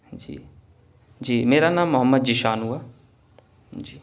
جی جی میرا نام محمد ذیشان ہوا جی